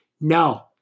No